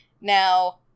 Now